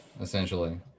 essentially